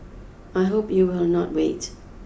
I hope you will not wait